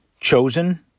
chosen